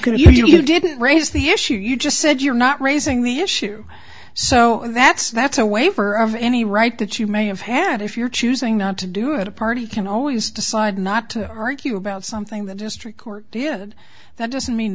if you didn't raise the issue you just said you're not raising the issue so that's that's a waiver of any right that you may have had if you're choosing not to do it a party can always decide not to argue about something the district court did that doesn't mean